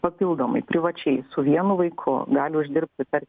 papildomai privačiai su vienu vaiku gali uždirbti per